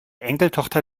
enkeltochter